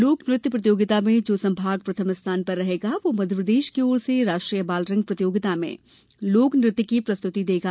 लोक नृत्य प्रतियोगिता में जो संभाग प्रथम स्थान पर रहेगा वह मध्यप्रदेश की ओर से राष्ट्रीय बालरंग प्रतियोगिता में लोक नृत्य की प्रस्तुति देगा